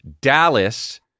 Dallas